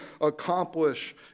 accomplish